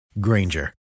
Granger